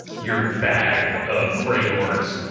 your bag of frameworks,